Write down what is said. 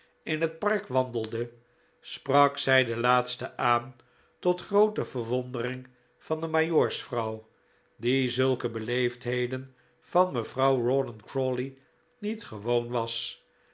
in het park wandelde sprak zij de laatste aan tot groote verwondering van de majoorsvrouw die zulke beleefdheden van mevrouw rawdon crawley niet gewoon was